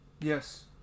Yes